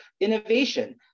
innovation